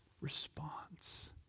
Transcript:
response